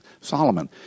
Solomon